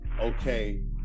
okay